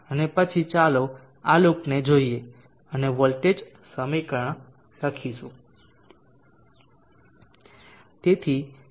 અને પછી ચાલો આ લૂપને જોઈએ અને વોલ્ટેજ સમીકરણ લખીશું